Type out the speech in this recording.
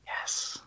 Yes